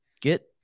get